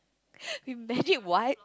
with magic what